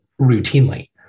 routinely